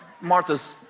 Martha's